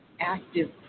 active